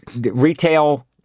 retail